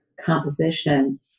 composition